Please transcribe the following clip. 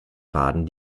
faden